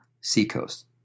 Seacoast